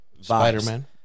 Spider-Man